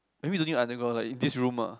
I mean no need underground lah in this room ah